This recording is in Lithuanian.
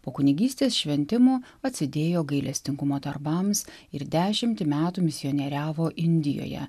po kunigystės šventimų atsidėjo gailestingumo darbams ir dešimtį metų misionieriavo indijoje